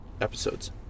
episodes